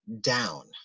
down